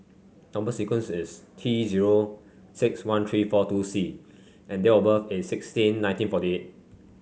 number sequence is T zero six one three four two C and date of birth is sixteen nineteen forty eight